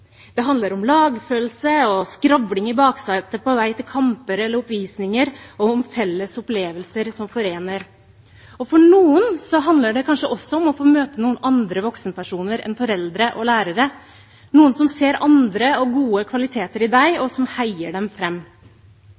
Det handler om lagfølelse og skravling i baksetet på vei til kamper eller oppvisninger og om felles opplevelser som forener. For noen handler det kanskje også om å få møte noen andre voksenpersoner enn foreldre og lærere, noen som ser andre og gode kvaliteter i deg, og som heier dem